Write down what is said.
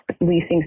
leasing